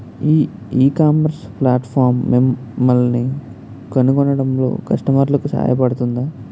ఈ ecommerce platform మిమ్మల్ని కనుగొనడంలో కస్టమర్లకు సహాయపడుతుందా?